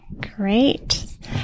Great